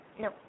No